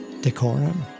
Decorum